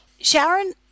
Sharon